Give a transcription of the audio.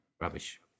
Rubbish